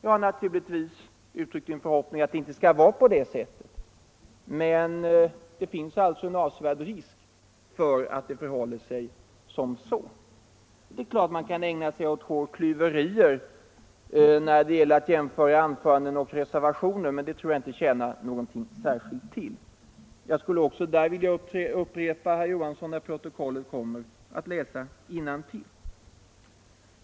Jag har naturligtvis förhoppningen att det inte skall vara på det sättet, men det finns alltså en avsevärd risk för att det förhåller sig så. Det är klart att man kan ägna sig åt hårklyverier när det gäller att jämföra anföranden och reservationer, men det tror jag inte tjänar särskilt mycket till. Jag skulle också där vilja uppmana herr Johansson att läsa innantill i protokollet, när det kommer.